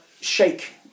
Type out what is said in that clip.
shake